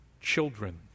children